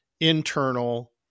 internal